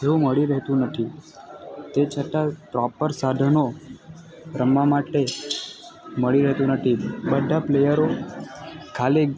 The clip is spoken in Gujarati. જેવું મળી રહેતું નથી તે છતાંય પ્રોપર સાધનો રમવા માટે મળી રહેતું નથી બધા પ્લેયરો ખાલી